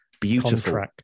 Beautiful